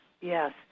Yes